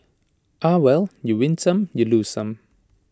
ah well you win some you lose some